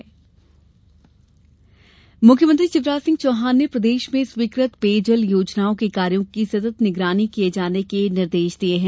मुख्यमंत्री निर्देश मुख्यमंत्री शिवराज सिंह चौहान ने प्रदेश में स्वीकृत पेयजल योजनाओं के कार्यो की सतत निगरानी किये जाने के निर्देश दिये हैं